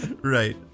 Right